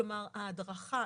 כלומר, ההדרכה